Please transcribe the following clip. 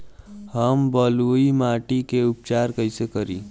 हम बलुइ माटी के उपचार कईसे करि?